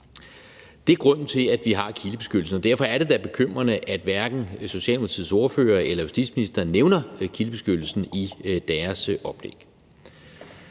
Det er grunden til, at vi har kildebeskyttelsen, og derfor er det da bekymrende, at hverken Socialdemokratiets ordfører eller justitsministeren nævner kildebeskyttelsen i deres oplæg.